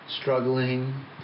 struggling